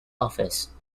office